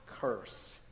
curse